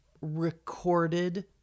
recorded